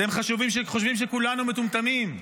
אתם חושבים שכולנו מטומטמים?